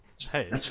Hey